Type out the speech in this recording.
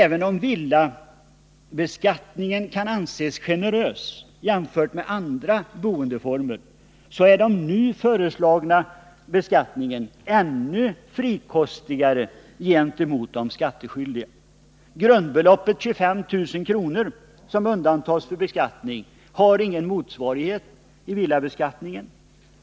Även om villabeskattningen kan anses generös jämfört med beskattningen för andra boendeformer, är den nu föreslagna beskattningen ännu frikostigare gentemot de skattskyldiga. Grundbeloppet 25 000 kr., som undantas från beskattningen, har ingen motsvarighet i villabeskattningen.